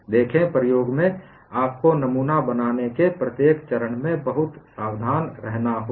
देखें प्रयोग में आपको नमूना बनाने के प्रत्येक चरण में बहुत सावधान रहना होगा